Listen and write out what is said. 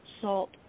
salt